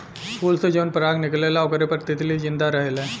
फूल से जवन पराग निकलेला ओकरे पर तितली जिंदा रहेले